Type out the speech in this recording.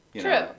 True